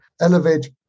elevate